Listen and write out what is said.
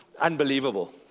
unbelievable